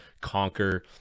conquer